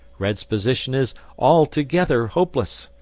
red's position is altogether hopeless.